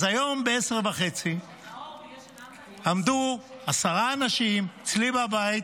אז היום ב-10:30 עמדו עשרה אנשים אצלי בבית,